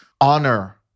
honor